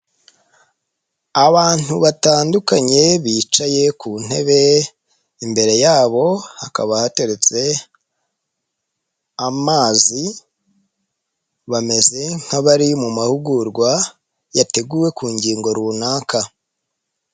Abantu batandukanye bicaye ku ntebe. Imbere yabo hakaba hateretse amazi. Bameze nk'abari mu mahugurwa yateguwe ku ngingo runaka.